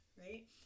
right